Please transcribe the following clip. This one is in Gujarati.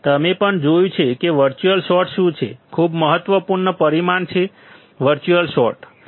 તમે પણ જોયું છે કે વર્ચ્યુઅલ શોર્ટ શું છે ખૂબ જ મહત્વપૂર્ણ પરિમાણ વર્ચ્યુઅલ શોર્ટ છે